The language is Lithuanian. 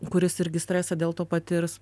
kuris irgi stresą dėl to patirs